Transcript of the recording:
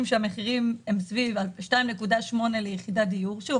שהמחירים הם סביב 2.8 ליחידת דיור שוב,